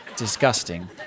Disgusting